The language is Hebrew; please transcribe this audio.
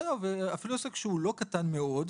אפילו עסק שהוא לא קטן מאוד.